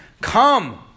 Come